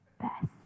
best